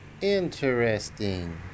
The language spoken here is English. Interesting